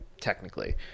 technically